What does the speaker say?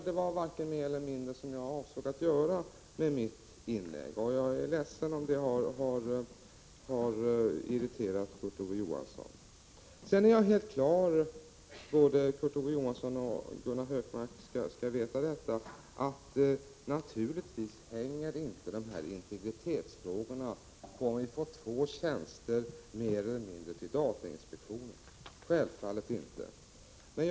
Det var varken mer eller mindre vad jag avsåg att framföra i mitt inlägg. Jag är ledsen om det har irriterat Kurt Ove Johansson. Både Kurt Ove Johansson och Gunnar Hökmark skall veta att dessa integritetsfrågor inte hänger på om datainspektionen får ytterligare två tjänster.